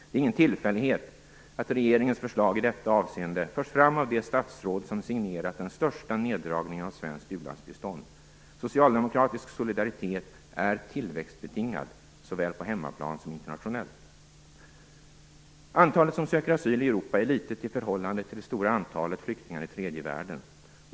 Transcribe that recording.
Det är ingen tillfällighet att regeringens förslag i detta avseende förs fram av det statsråd som signerat den största neddragningen av svenskt u-landsbistånd. Socialdemokratisk solidaritet är tillväxtbetingad - såväl på hemmaplan som internationellt. Antalet som söker asyl i Europa är litet i förhållande till det stora antalet flyktingar i tredje världen.